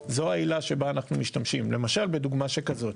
זו העילה שבה אנחנו משתמשים למשל בדוגמה שכזאת.